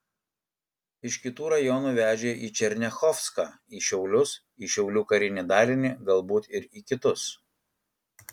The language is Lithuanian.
iš kitų rajonų vežė į černiachovską į šiaulius į šiaulių karinį dalinį galbūt ir į kitus